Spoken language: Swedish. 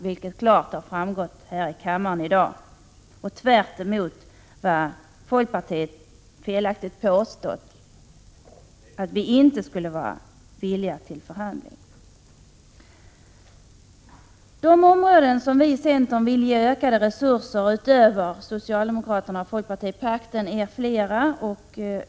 Det har klart framgått här i kammaren i dag — tvärtemot vad folkpartiet felaktigt påstått. De områden som vi i centern vill ge ökade resurser utöver socialdemokrater-folkparti-pakten är flera.